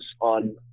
on